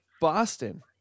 Boston